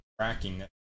tracking